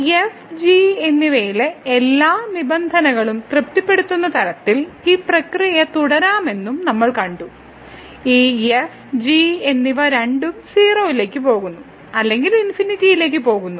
ഈ f g എന്നിവയിലെ എല്ലാ നിബന്ധനകളും തൃപ്തിപ്പെടുത്തുന്ന തരത്തിൽ ഈ പ്രക്രിയ തുടരാമെന്നും നമ്മൾ കണ്ടു ഈ f g എന്നിവ രണ്ടും 0 ലേക്ക് പോകുന്നു അല്ലെങ്കിൽ ∞ ലേക്ക് പോകുന്നു